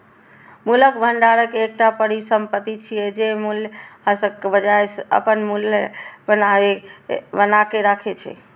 मूल्यक भंडार एकटा परिसंपत्ति छियै, जे मूल्यह्रासक बजाय अपन मूल्य बनाके राखै छै